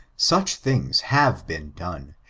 such things have been done,